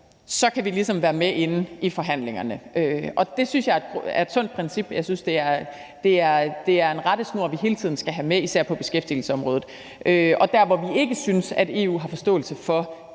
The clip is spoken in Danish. kan vi ligesom være med inde i forhandlingerne, og det synes jeg er et sundt princip. Jeg synes, det er en rettesnor, vi hele tiden skal have med, især på beskæftigelsesområdet. Og der, hvor vi ikke synes, at EU har forståelse for